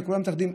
שכולם מתאחדים,